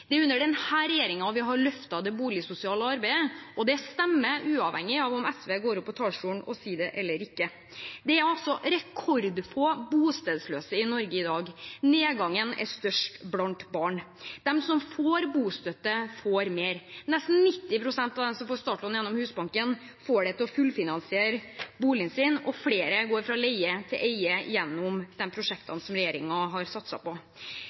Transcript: Det er under denne regjeringen vi har løftet det boligsosiale arbeidet, og det stemmer uavhengig av om SV går opp på talerstolen og sier det eller ikke. Det er rekordfå bostedsløse i Norge i dag. Nedgangen er størst blant barn. De som får bostøtte, får mer. Nesten 90 pst. av dem som får startlån gjennom Husbanken, får det til å fullfinansiere boligen sin. Flere går fra å leie til å eie gjennom de prosjektene som regjeringen har satset på.